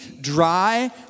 dry